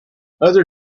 other